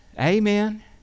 Amen